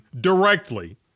directly